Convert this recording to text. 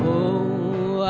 to